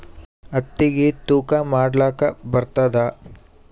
ಹತ್ತಿಗಿ ತೂಕಾ ಮಾಡಲಾಕ ಬರತ್ತಾದಾ?